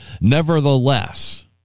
nevertheless